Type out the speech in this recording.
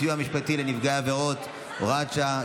סיוע משפטי לנפגעי עבירות) (הוראת שעה),